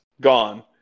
Gone